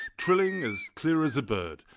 trilling as clear as a bird,